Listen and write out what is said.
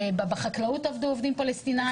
בחקלאות עבדו עובדים פלסטינים.